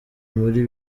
muri